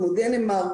כמו דנמרק,